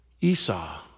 Esau